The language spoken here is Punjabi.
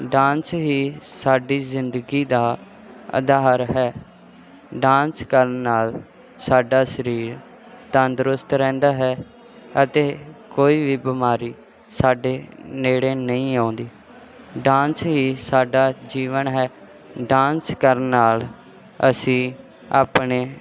ਡਾਂਸ ਹੀ ਸਾਡੀ ਜ਼ਿੰਦਗੀ ਦਾ ਆਧਾਰ ਹੈ ਡਾਂਸ ਕਰਨ ਨਾਲ ਸਾਡਾ ਸਰੀਰ ਤੰਦਰੁਸਤ ਰਹਿੰਦਾ ਹੈ ਅਤੇ ਕੋਈ ਵੀ ਬਿਮਾਰੀ ਸਾਡੇ ਨੇੜੇ ਨਹੀਂ ਆਉਂਦੀ ਡਾਂਸ ਹੀ ਸਾਡਾ ਜੀਵਨ ਹੈ ਡਾਂਸ ਕਰਨ ਨਾਲ ਅਸੀਂ ਆਪਣੇ